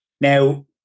Now